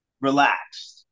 relaxed